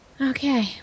Okay